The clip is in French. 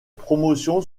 promotions